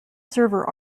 server